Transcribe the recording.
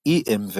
EMW